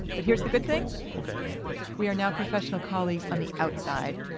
but here's the good thing okay we are now professional colleagues on the outside.